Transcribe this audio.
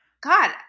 God